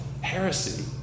heresy